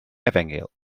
efengyl